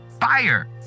fire